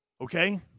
Okay